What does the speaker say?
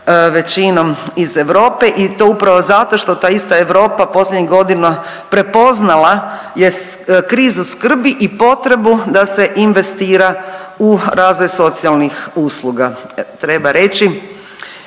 većinom iz Europe i to upravo zato što ta ista Europa posljednjih godina prepoznala je krizu skrbi i potrebu da se investira u razvoj socijalnih usluga. Treba reći